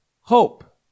hope